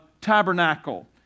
tabernacle